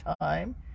time